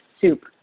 soup